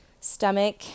stomach